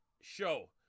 show